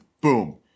boom